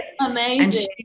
Amazing